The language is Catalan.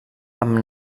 amb